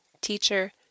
teacher